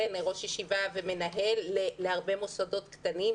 ראש ישיבה ומנהל להרבה מוסדות קטנים,